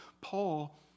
Paul